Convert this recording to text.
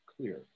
clear